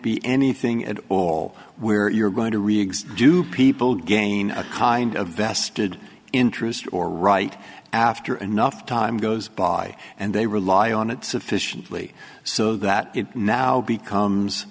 be anything at all where you're going to riggs do people gain a kind of vested interest or right after enough time goes by and they rely on it sufficiently so that it now becomes